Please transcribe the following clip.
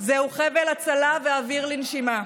זהו חבל הצלה ואוויר לנשימה,